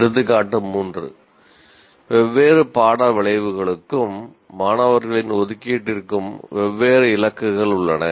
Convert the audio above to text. எடுத்துக்காட்டு 3 வெவ்வேறு பாட விளைவுகளுக்கும் மாணவர்களின் ஒதுக்கீட்டிற்கும் வெவ்வேறு இலக்குகள் உள்ளன